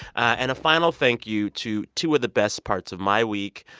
and a final thank you to two of the best parts of my week,